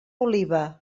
oliva